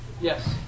Yes